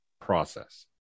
process